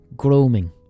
grooming